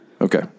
Okay